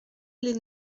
les